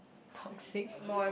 toxic